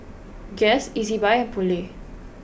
Guess Ezbuy and Poulet